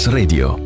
Radio